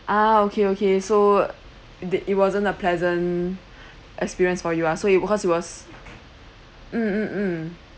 ah okay okay so did it wasn't a pleasant experience for you ah so it was it was mm mm mm